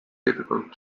difficult